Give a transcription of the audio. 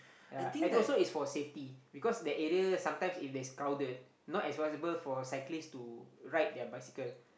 yea and also it's for safety because that area sometimes if there's crowded not as possible for cyclists to ride their bicycle